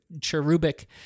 cherubic